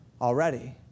already